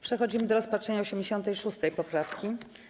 Przechodzimy do rozpatrzenia 86. poprawki.